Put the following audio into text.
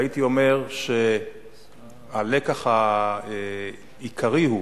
הייתי אומר שהלקח העיקרי הוא